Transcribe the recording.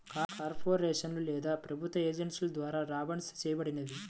కార్పొరేషన్లు లేదా ప్రభుత్వ ఏజెన్సీల ద్వారా బాండ్సిస్ చేయబడినవి